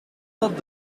dat